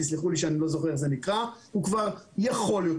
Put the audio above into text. הוא כבר יכול,